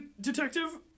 Detective